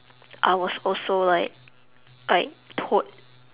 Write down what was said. I was also like like told